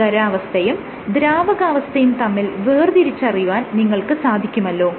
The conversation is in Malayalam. ഖരാവസ്ഥയും ദ്രാവകാവസ്ഥയും തമ്മിൽ വേർതിരിച്ചറിയുവാൻ നിങ്ങൾക്ക് സാധിക്കുമല്ലോ